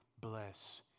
bless